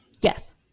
yes